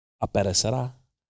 Aparecerá